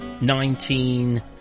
nineteen